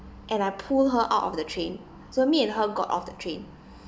and I pulled her out of the train so me and her got off the train